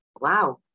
wow